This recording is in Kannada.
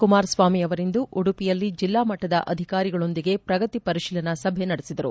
ಕುಮಾರಸ್ವಾಮಿ ಅವರಿಂದು ಉಡುಪಿಯಲ್ಲಿ ಜಿಲ್ಲಾ ಮಟ್ಟದ ಅಧಿಕಾರಿಗಳೊಂದಿಗೆ ಪ್ರಗತಿ ಪರಿಶೀಲನಾ ಸಭೆ ನಡೆಸಿದರು